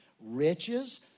riches